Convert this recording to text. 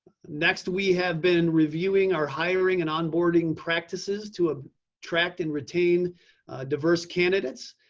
next we have been reviewing our hiring and onboarding practices to ah attract and retain diverse candidates.